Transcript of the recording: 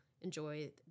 enjoy